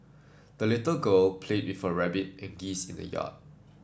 the little girl played with her rabbit and geese in the yard